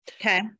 Okay